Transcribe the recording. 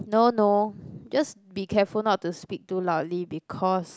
no no just be careful not to speak too loudly because